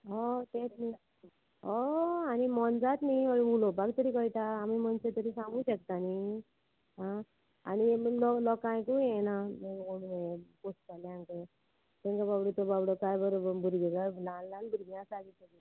होय तेंच न्ही होय आनी मनजात न्ही हय उलोवपाक तरी कळटा आमी मनशां तरी सांगू शकता न्ही आ आनी बीन लोकांयकूय येना हें पोसताल्यांक आनी तेंका बाबडो तो बाबडो काय बरोबर भुरगे जाय ल्हान ल्हान भुरगीं आसा